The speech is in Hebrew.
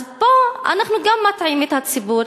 אז פה אנחנו גם מטעים את הציבור,